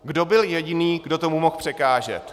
Kdo byl jediný, kdo tomu mohl překážet?